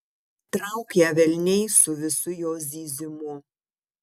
trauk ją velniai su visu jos zyzimu